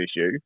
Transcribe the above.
issue